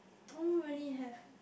don't really have